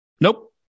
Nope